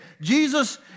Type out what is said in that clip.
Jesus